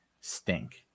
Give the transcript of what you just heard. stink